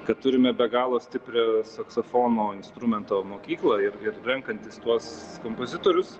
kad turime be galo stiprią saksofono instrumento mokyklą ir ir renkantis tuos kompozitorius